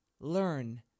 learn